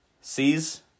sees